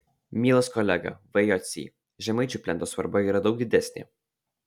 mielas kolega v jocy žemaičių plento svarba yra daug didesnė